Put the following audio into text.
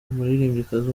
umuririmbyikazi